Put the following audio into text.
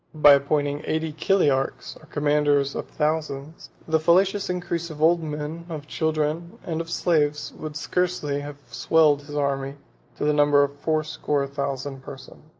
by appointing eighty chinarchs, or commanders of thousands, the fallacious increase of old men, of children, and of slaves, would scarcely have swelled his army to the number of four-score thousand persons.